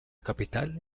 capital